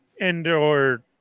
Andor